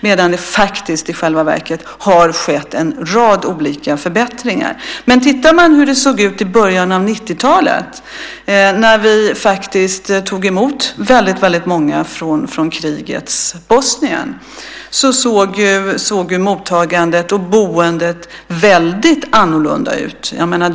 I själva verket har det faktiskt skett en rad olika förbättringar. I början av 90-talet, när vi tog emot väldigt många från krigets Bosnien, såg mottagandet och boendet väldigt annorlunda ut.